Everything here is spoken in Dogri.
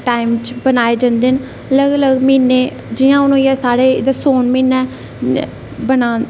टाइम च बनाए जंदे न अलग अलग म्हीने जियां हून होई गेआ साढ़े इत्थै सौन म्हीना ऐ बना दा